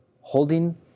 holding